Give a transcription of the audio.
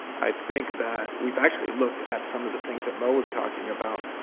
i think that we've actually looked at some of the things that moe was talking about.